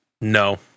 No